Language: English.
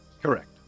correct